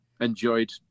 enjoyed